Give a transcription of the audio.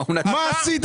מה עשית